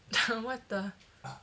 what the